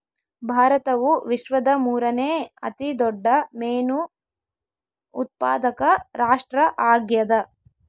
ಭಾರತವು ವಿಶ್ವದ ಮೂರನೇ ಅತಿ ದೊಡ್ಡ ಮೇನು ಉತ್ಪಾದಕ ರಾಷ್ಟ್ರ ಆಗ್ಯದ